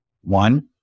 one